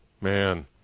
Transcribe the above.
Man